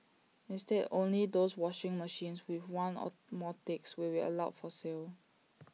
instead only those washing machines with one or more ticks will be allowed for sale